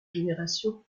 génération